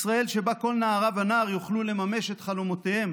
ישראל שבה כל נערה ונער יוכלו לממש את חלומותיהם